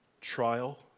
trial